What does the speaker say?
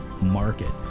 market